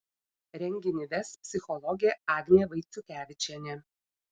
renginį ves psichologė agnė vaiciukevičienė